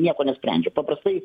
nieko nesprendžia paprastai